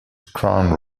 crown